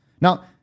Now